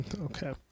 okay